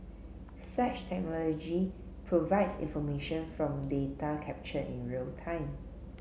such technology provides information from data captured in real time